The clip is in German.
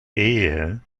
ehe